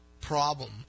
problem